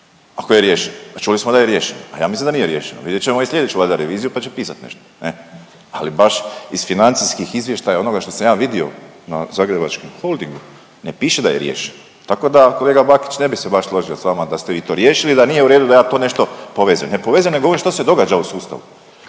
ako je riješeno, a čuli smo da je riješeno, a ja mislim da nije riješeno. Vidjet ćemo i slijedeću reviziju pa će pisat nešto ne, ali baš iz financijskih izvještaja onoga što sam ja vidio na zagrebačkom holdingu ne piše da je riješeno. Tako da kolega Bakić ne bi se baš složio s vama da ste vi to riješili i da nije u redu da tu ja nešto povezujem. Ne povezujem nego govorim što se događa u sustavu.